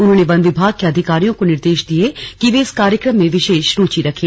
उन्होंने वन विभाग के अधिकारियों को निर्देश दिये कि वे इस कार्यक्रम में विशेष रूचि रखें